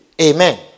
Amen